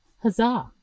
Huzzah